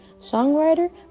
songwriter